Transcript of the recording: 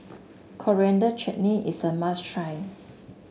Coriander Chutney is a must try